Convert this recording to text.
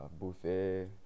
buffet